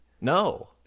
No